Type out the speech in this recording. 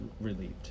relieved